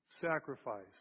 sacrifice